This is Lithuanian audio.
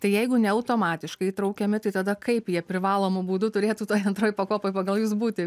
tai jeigu ne automatiškai įtraukiami tai tada kaip jie privalomu būdu turėtų toj antroj pakopoj pagal jus būti